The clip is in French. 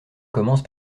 commence